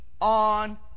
on